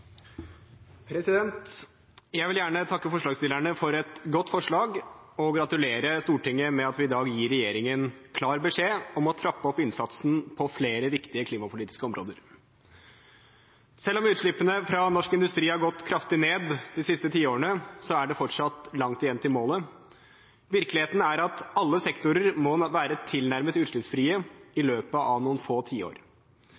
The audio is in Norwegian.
Jeg vil gjerne takke forslagsstillerne for et godt forslag og gratulere Stortinget med at vi i dag gir regjeringen klar beskjed om å trappe opp innsatsen på flere viktige klimapolitiske områder. Selv om utslippene fra norsk industri har gått kraftig ned de siste tiårene, er det fortsatt langt igjen til målet. Virkeligheten er at alle sektorer må være tilnærmet utslippsfrie i